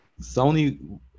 sony